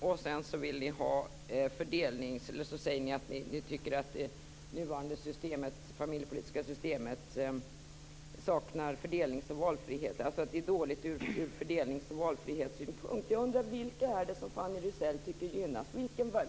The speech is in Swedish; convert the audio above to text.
Och sedan säger ni att ni tycker att det nuvarande familjepolitiska systemet är dåligt ur fördelnings och valfrihetssynpunkt. Jag undrar vilka det är som Fanny Rizell tycker gynnas.